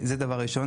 זה דבר ראשון.